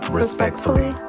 respectfully